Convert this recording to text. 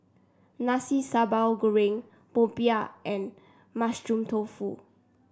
Nasi Sambal Goreng Popiah and Mushroom Tofu